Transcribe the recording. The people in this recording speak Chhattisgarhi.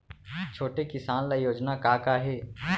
छोटे किसान ल योजना का का हे?